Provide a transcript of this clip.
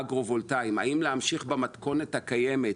האם להמשיך במתכונת הקיימת,